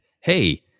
hey